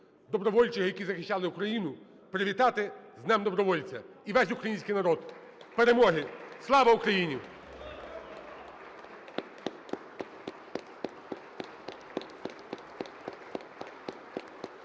добровольчих, які захищали Україну, привітати з Днем добровольця і весь український народ! Перемоги! Слава Україні!